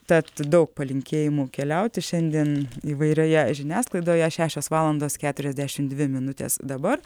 tad daug palinkėjimų keliauti šiandien įvairioje žiniasklaidoje šešios valandos keturiasdešimt dvi minutės dabar